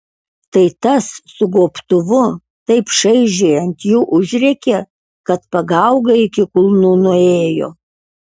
tai tas su gobtuvu taip šaižiai ant jų užrėkė kad pagaugai iki kulnų nuėjo